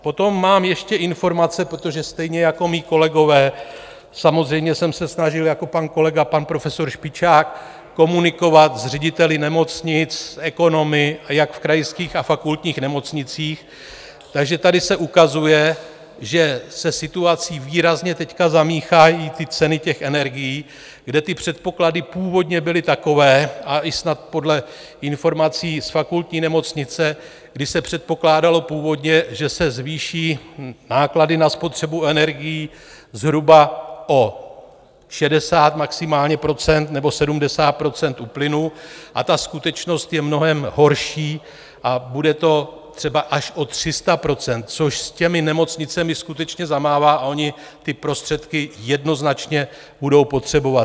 Potom mám ještě informace, protože stejně jako mí kolegové samozřejmě jsem se snažil jako pan kolega, pan profesor Špičák, komunikovat s řediteli nemocnic, s ekonomy jak v krajských a fakultních nemocnicích, takže tady se ukazuje, že se situací teď výrazně zamíchají ceny těch energií, kde předpoklady původně byly takové, a i snad podle informací z fakultní nemocnice, kdy se předpokládalo původně, že se zvýší náklady na spotřebu energií zhruba o 60 % maximálně nebo 70 % u plynu, a ta skutečnost je mnohem horší a bude to třeba až o 300 %, což s těmi nemocnicemi skutečně zamává a ony ty prostředky jednoznačně budou potřebovat.